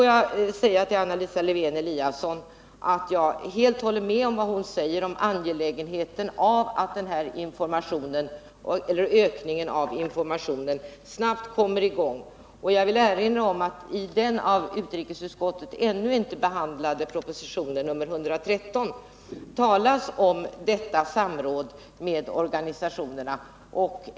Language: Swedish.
Jag håller helt med Anna Lisa Lewén-Eliasson om angelägenheten av att ökningen av informationen snabbt kommer i gång. Jag vill erinra om att det i den av utrikesutskottet ännu inte behandlade propositionen 113 talas om ett samråd med organisationerna.